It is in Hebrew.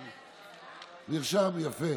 נרשם, יפה.